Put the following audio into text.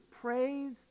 praise